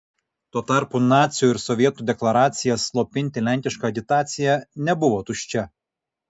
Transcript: tuo tarpu nacių ir sovietų deklaracija slopinti lenkišką agitaciją nebuvo tuščia